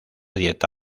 dieta